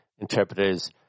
interpreters